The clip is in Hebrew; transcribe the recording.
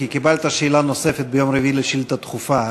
כי קיבלת שאלה נוספת ביום רביעי על שאילתה דחופה,